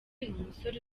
umusore